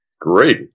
Great